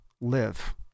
live